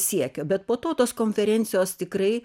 siekio bet po to tos konferencijos tikrai